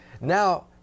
Now